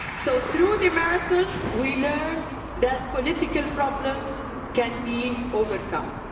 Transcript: so through the marathon, we learned that political problems can be overcome.